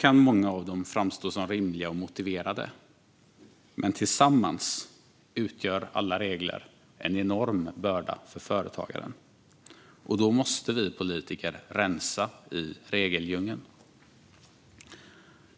kan många av dem framstå som rimliga och motiverade, men tillsammans utgör alla regler en enorm börda för företagaren. Då måste vi politiker rensa i regeldjungeln.